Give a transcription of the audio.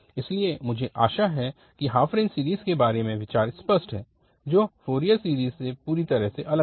इसलिए मुझे आशा है कि हाफ रेंज सीरीज़ के बारे में विचार स्पष्ट है जो फ़ोरियर सीरीज़ से पूरी तरह से अलग है